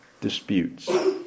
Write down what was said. disputes